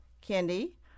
Candy